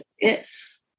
Yes